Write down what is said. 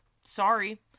Sorry